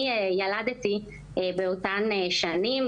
אני ילדתי באותן שנים.